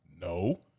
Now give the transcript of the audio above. No